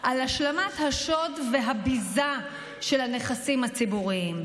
על השלמת השוד והביזה של הנכסים הציבוריים.